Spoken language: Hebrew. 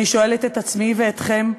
אני שואלת את עצמי ואתכם,